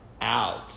out